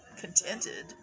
contented